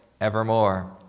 evermore